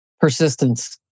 Persistence